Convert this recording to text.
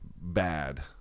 bad